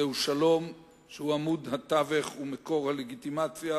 זהו שלום שהוא עמוד התווך ומקור הלגיטימציה